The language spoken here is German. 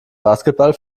basketball